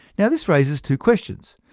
yeah this raises two questions.